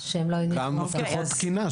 גם מפתחות תקינה,